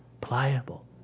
pliable